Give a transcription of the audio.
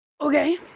Okay